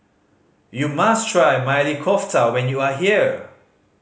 you must try Maili Kofta when you are here